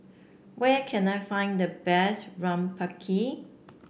where can I find the best